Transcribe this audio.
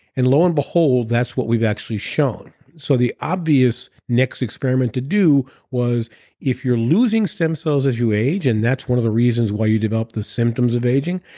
and lo and behold, that's what we've actually shown. so, the obvious next experiment to do was if you're losing stem cells as you age and that's one of the reasons why you develop the symptoms of aging,